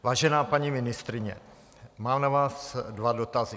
Vážená paní ministryně, mám na vás dva dotazy.